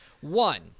One